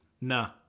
Nah